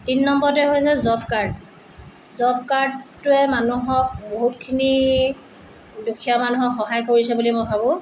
তিনি নম্বৰতে হৈছে জব কাৰ্ড জব কাৰ্ডটোৱে মানুহক বহুতখিনি দুখীয়া মানুহক সহায় কৰিছে বুলি মই ভাবোঁ